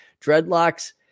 dreadlocks